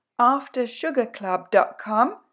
aftersugarclub.com